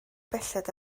belled